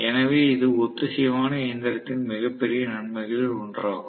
எனவே இது ஒத்திசைவான இயந்திரத்தின் மிகப்பெரிய நன்மைகளில் ஒன்றாகும்